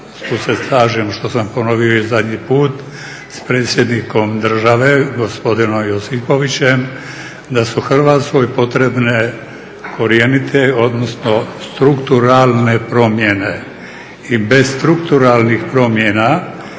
tu se slažem što sam ponovio i zadnji put, s predsjednikom države gospodinom Josipovićem, da su Hrvatskoj potrebne korjenite odnosno strukturalne promjene. I bez strukturalnih promjena